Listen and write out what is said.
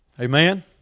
Amen